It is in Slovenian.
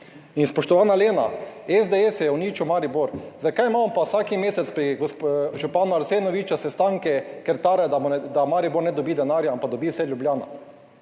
In spoštovana Lena, SDS je uničil Maribor? Zakaj imamo pa vsak mesec pri županu Arsenoviča sestanke, ker tare, da Maribor ne dobi denarja, ampak dobi vse Ljubljana.